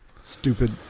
Stupid